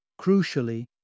crucially